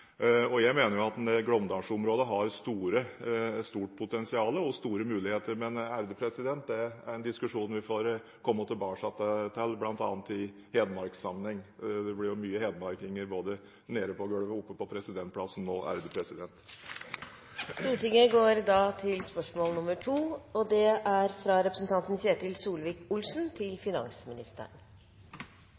Jeg mener jo at Glåmdalsområdet har et stort potensial og store muligheter. Men det er en diskusjon vi får komme tilbake til, bl.a. i hedmarkssammenheng – det blir jo mange hedmarkinger både nede på gulvet og oppe på presidentplassen nå.